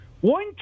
One